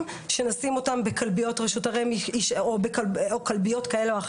שנשים אותם בכלביות רשות או כלביות כאלה או אחרות.